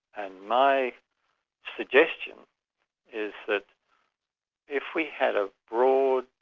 and my suggestion is that if we had a broad,